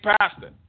pastor